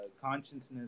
consciousness